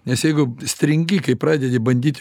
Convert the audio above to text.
nes jeigu stringi kai pradedi bandyt